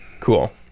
Cool